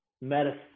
medicine